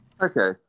Okay